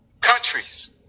Countries